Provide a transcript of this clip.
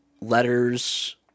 letters